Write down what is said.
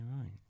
right